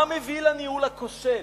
מה מביא לניהול הכושל?